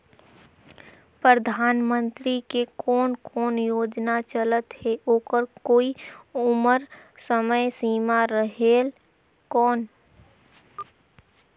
परधानमंतरी के कोन कोन योजना चलत हे ओकर कोई उम्र समय सीमा रेहेल कौन?